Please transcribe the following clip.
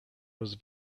was